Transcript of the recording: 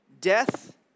death